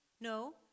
No